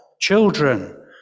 Children